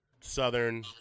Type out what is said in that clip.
Southern